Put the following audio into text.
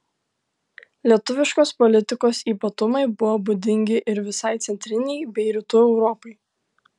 lietuviškos politikos ypatumai buvo būdingi ir visai centrinei bei rytų europai